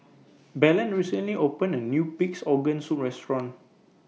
Belen recently opened A New Pig'S Organ Soup Restaurant